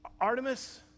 Artemis